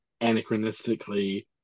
anachronistically